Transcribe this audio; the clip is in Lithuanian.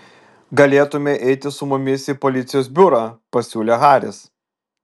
galėtumei eiti su mumis į policijos biurą pasiūlė haris